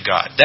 God